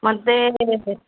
ମୋତେ